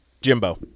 Jimbo